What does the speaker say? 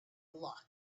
locked